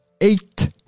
eight